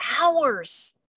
hours